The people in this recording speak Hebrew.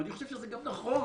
ואני חושב שזה גם נכון,